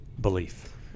belief